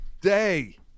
day